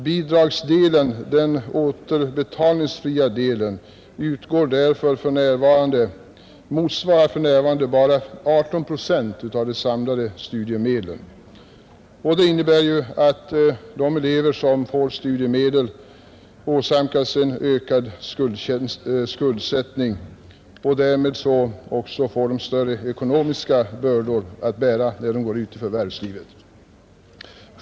Bidragsdelen, den återbetalningsfria delen, motsvarar för närvarande bara 18 procent av de samlade studiemedlen, och det innebär ju att de elever som får studiemedel åsamkas en ökad skuldsättning. Därmed får de också större ekonomiska bördor att bära när de går ut i förvärvslivet.